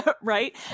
right